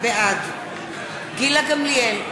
בעד גילה גמליאל,